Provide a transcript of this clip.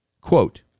Quote